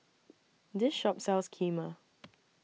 This Shop sells Kheema